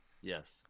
Yes